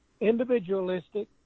individualistic